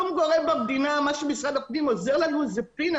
מה שמשרד עוזר לנו, זה כלום.